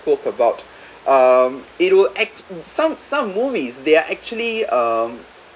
spoke about um it will act some some movies they're actually um